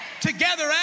Together